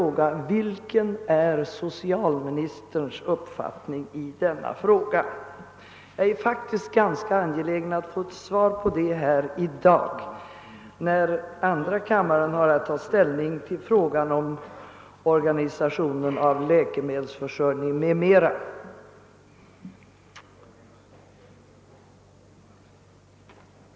Vilken är socialministerns uppfattning i den frågan? Jag är ganska angelägen om att få ett svar i dag när andra kammaren har att ta ställning till organisationen av läkemedelsförsörjningen m.m.